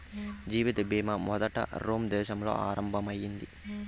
జీవిత బీమా మొదట రోమ్ దేశంలో ఆరంభం అయింది